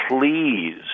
please